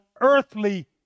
earthly